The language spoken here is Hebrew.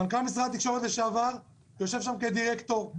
מנכ"ל משרד התקשורת לשעבר יושב שם כדירקטור.